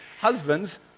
Husbands